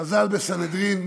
חז"ל בסנהדרין: